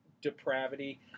depravity